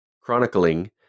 chronicling